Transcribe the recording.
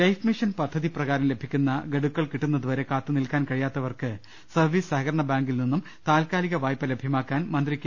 life mission പദ്ധതി പ്രകാരം ലഭിക്കുന്ന ഗഡുക്കൾ കിട്ടു ന്നതുവരെ കാത്തുനിൽക്കാൻ കഴിയാത്തവർക്ക് സർവീസ് സഹകരണ ബാങ്കിൽനിന്നും താൽക്കാലിക വായ്പ ലഭ്യമാ ക്കാൻ മന്ത്രി കെ